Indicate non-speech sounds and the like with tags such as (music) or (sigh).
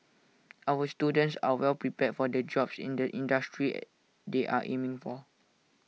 our students are well prepared for the jobs in the industries (hesitation) they are aiming for